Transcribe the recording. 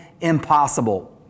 impossible